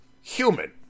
human